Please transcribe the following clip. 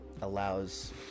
allows